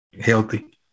healthy